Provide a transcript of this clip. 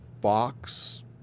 box